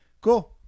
cool